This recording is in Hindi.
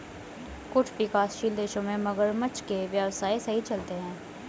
कुछ विकासशील देशों में मगरमच्छ के व्यवसाय सही चलते हैं